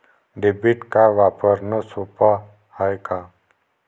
Debit card वापरणं सोप हाय का?